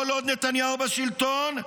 "כל עוד נתניהו בשלטון,